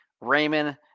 Raymond